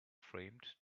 framed